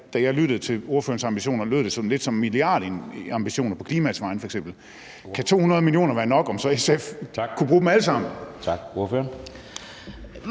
da jeg lyttede til ordførerens ambitioner, lød det f.eks. sådan lidt som milliardambitioner på klimaets vegne. Kan 200 mio. kr. være nok, om så SF kunne bruge dem alle sammen?